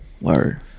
Word